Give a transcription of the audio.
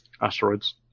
asteroids